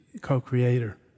co-creator